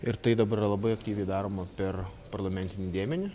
ir tai dabar yra labai aktyviai daroma per parlamentinį dėmenį